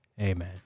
Amen